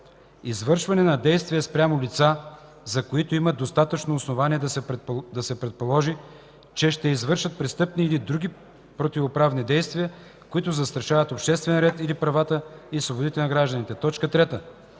извършване на действия спрямо лица, за които има достатъчно основание да се предположи, че ще извършат престъпни или други противоправни действия, които застрашават обществения ред или правата и свободите на гражданите; 3.